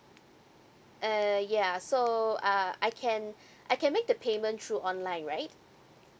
uh ya so uh I can I can make the payment through online right